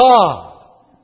God